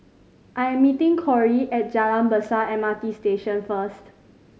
I am meeting Cori at Jalan Besar M R T Station first